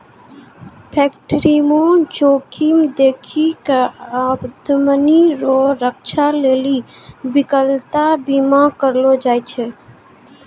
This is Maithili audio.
फैक्टरीमे जोखिम देखी कय आमदनी रो रक्षा लेली बिकलांता बीमा करलो जाय छै